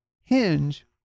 hinge